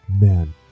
men